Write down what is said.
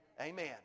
Amen